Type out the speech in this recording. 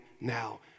now